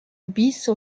bis